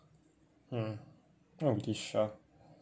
mm not really sure